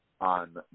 on